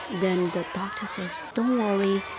then the doctor says, don't worry.